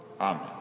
Amen